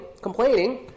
Complaining